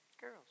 Girls